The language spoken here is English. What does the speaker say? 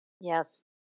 Yes